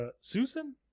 Susan